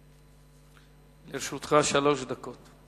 לרשותך שלוש דקות.